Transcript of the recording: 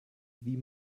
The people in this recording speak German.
wie